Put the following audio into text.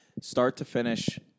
start-to-finish